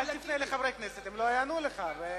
אל תפנה לחברי כנסת, הם לא יענו לך.